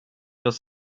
los